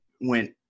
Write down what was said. went